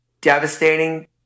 devastating